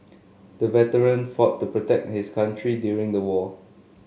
the veteran fought to protect his country during the war